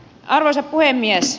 arvoisa puhemies